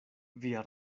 via